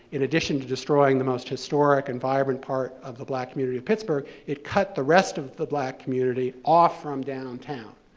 in addition to destroying the most historic and vibrant part of the black community of pittsburgh, it cut the rest of the black community off from downtown.